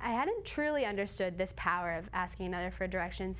i hadn't truly understood this power of asking other for directions